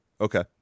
Okay